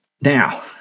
Now